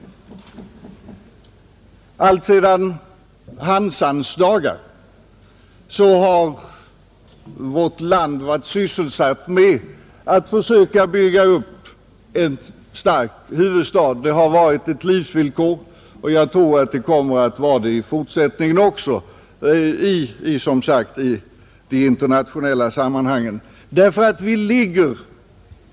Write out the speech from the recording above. Alltsedan Hansans dagar har vårt land varit sysselsatt med att försöka bygga upp en stark huvudstad — det har varit ett livsvillkor, och jag tror att det kommer att vara det i fortsättningen också i de internationella sammanhangen.